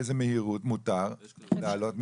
באיזה מהירות מותר לעלות מישהו,